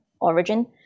origin